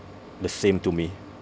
the same to me